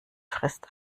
frist